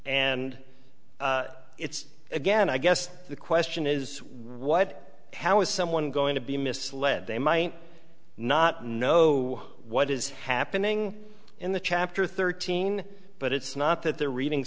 and it's again i guess the question is what how is someone going to be misled they might not know what is happening in the chapter thirteen but it's not that they're reading